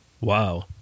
Wow